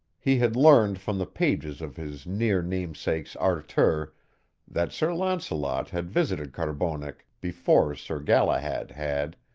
he had learned from the pages of his near-namesake's arthur that sir launcelot had visited carbonek before sir galahad had,